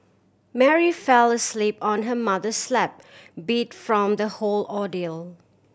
Mary fell asleep on her mother's lap beat from the whole ordeal